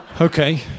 Okay